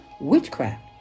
witchcraft